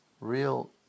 real